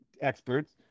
experts